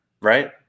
right